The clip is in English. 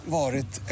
varit